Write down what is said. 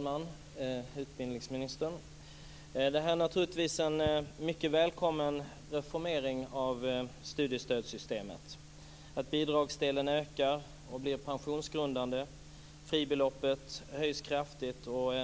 Fru talman! Detta är naturligtvis en mycket välkommen reformering av studiestödssystemet. Att bidragsdelen ökar och blir pensionsgrundande, att fribeloppet höjs kraftigt och